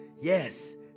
Yes